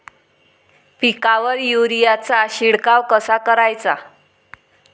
पिकावर युरीया चा शिडकाव कसा कराचा?